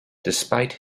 despite